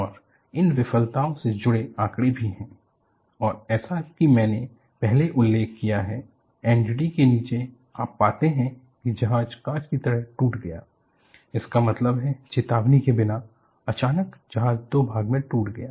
और इन विफलताओं से जुड़ा आंकड़ा भी है और जैसा कि मैंने पहले उल्लेख किया है NDT के नीचे आप पाते हैं कि जहाज कांच की तरह टूट गया इसका मतलब है चेतावनी के बिना अचानक जहाज दो भाग में टूट गया